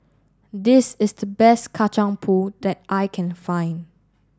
this is the best Kacang Pool that I can find